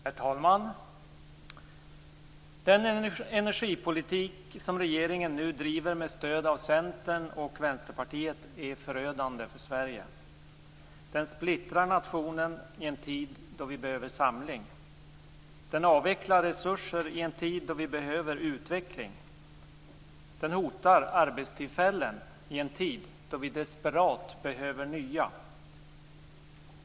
Herr talman! Den energipolitik som regeringen nu driver med stöd av Centern och Vänsterpartiet är förödande för Sverige. Den splittrar nationen i en tid då vi behöver samling. Den avvecklar resurser i en tid då vi behöver utveckling. Den hotar arbetstillfällen i en tid då vi desperat behöver nya.